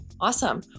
Awesome